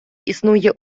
існує